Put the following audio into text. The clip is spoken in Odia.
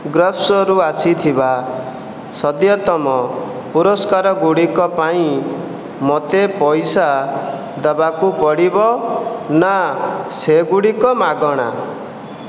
ଗ୍ରଫର୍ସରୁ ଆସିଥିବା ସଦ୍ୟତମ ପୁରସ୍କାର ଗୁଡ଼ିକ ପାଇଁ ମୋତେ ପଇସା ଦେବାକୁ ପଡ଼ିବ ନା ସେଗୁଡ଼ିକ ମାଗଣା